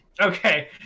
Okay